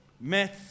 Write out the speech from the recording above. myths